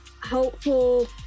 helpful